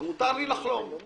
יש לי חלום.